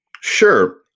Sure